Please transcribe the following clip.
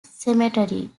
cemetery